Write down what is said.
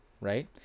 right